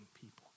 people